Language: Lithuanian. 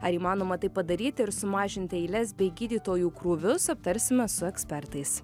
ar įmanoma tai padaryti ir sumažinti eiles bei gydytojų krūvius aptarsime su ekspertais